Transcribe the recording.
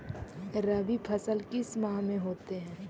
रवि फसल किस माह में होते हैं?